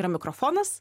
yra mikrofonas